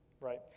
right